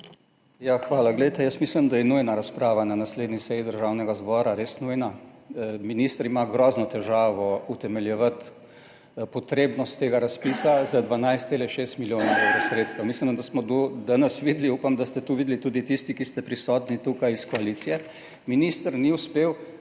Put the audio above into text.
Hvala. Mislim, da je nujna razprava na naslednji seji Državnega zbora, res nujna. Minister ima grozno težavo z utemeljevanjem potrebnosti tega razpisa za 12,6 milijona evrov sredstev. Mislim, da smo danes videli, upam, da ste to videli tudi tisti, ki ste prisotni tukaj iz koalicije, minister ni uspel